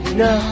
no